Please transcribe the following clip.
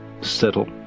Settle